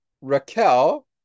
Raquel